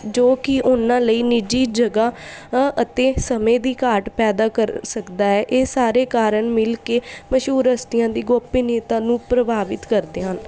ਜੋ ਕਿ ਉਹਨਾਂ ਲਈ ਨਿੱਜੀ ਜਗ੍ਹਾ ਅਤੇ ਸਮੇਂ ਦੀ ਘਾਟ ਪੈਦਾ ਕਰ ਸਕਦਾ ਹੈ ਇਹ ਸਾਰੇ ਕਾਰਣ ਮਿਲ ਕੇ ਮਸ਼ਹੂਰ ਹਸਤੀਆਂ ਦੀ ਗੋਪਨੀਯਤਾ ਨੂੰ ਪ੍ਰਭਾਵਿਤ ਕਰਦੇ ਹਨ